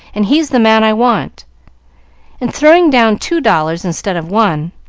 and he's the man i want and, throwing down two dollars instead of one,